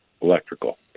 electrical